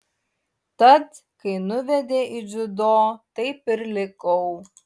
tad kai nuvedė į dziudo taip ir likau